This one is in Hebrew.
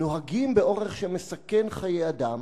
נוהגים באורח שמסכן חיי אדם.